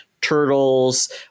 Turtles